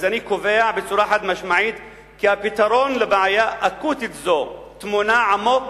אני קובע בצורה חד-משמעית כי הפתרון לבעיה אקוטית זו טמון עמוק